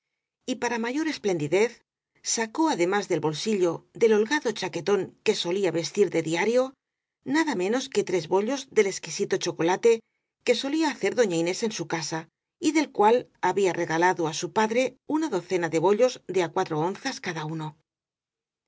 y para mayor esplendi dez sacó además del bolsillo del holgado chaque tón que solía vestir de diario nada menos que tres bollos del exquisito chocolate que solía hacer doña inés en su casa y del cual había regalado á su padre una docena de bollos de á cuatro onzas cada uno